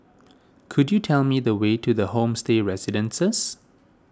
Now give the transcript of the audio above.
could you tell me the way to the Homestay Residences